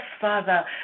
Father